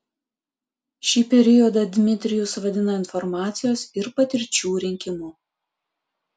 šį periodą dmitrijus vadina informacijos ir patirčių rinkimu